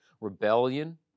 rebellion